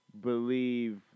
believe